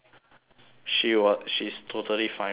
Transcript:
she wa~ she's totally fine with the backup